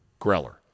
Greller